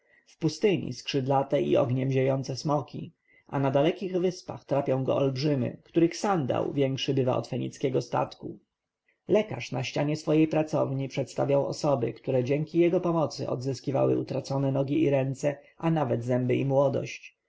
pustyni skrzydlate i ogniem ziejące smoki a na dalekich wyspach trapią go olbrzymy których sandał większy bywa od fenickiego okrętu lekarz na ścianie swojej pracowni przedstawiał osoby które dzięki jego pomocy odzyskiwały utracone ręce i nogi nawet zęby i młodość